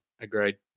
Agreed